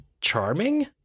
charming